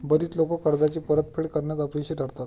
बरीच लोकं कर्जाची परतफेड करण्यात अपयशी ठरतात